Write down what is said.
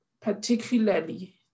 particularly